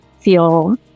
feel